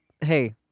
hey